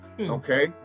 Okay